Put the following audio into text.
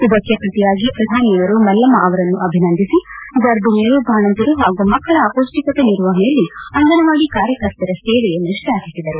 ಇದಕ್ಕೆ ಪ್ರತಿಯಾಗಿ ಪ್ರಧಾನಿಯವರು ಮಲ್ಲಮ್ನ ಅವರನ್ನು ಅಭಿನಂದಿಸಿ ಗರ್ಭಣಿಯರು ಬಾಣಂತಿಯರು ಹಾಗೂ ಮಕ್ಕಳ ಅಪೌಷ್ಟಿಕತೆ ನಿರ್ವಹಣೆಯಲ್ಲಿ ಅಂಗನವಾಡಿ ಕಾರ್ಯಕರ್ತೆಯರ ಸೇವೆಯನ್ನು ಶ್ಲಾಘಿಸಿದರು